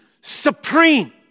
supreme